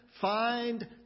find